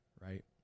right